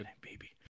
baby